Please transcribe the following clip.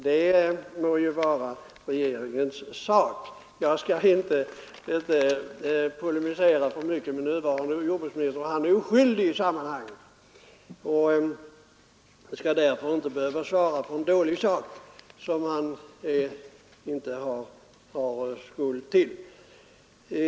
Det må vara regeringens sak — jag skall inte polemisera med nuvarande jordbruksministern om det; han är oskyldig i sammanhanget, och han skall därför inte behöva svara för en dålig sak som han inte är skuld till.